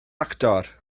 actor